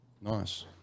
Nice